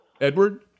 Edward